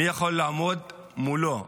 מי יכול לעמוד מולו?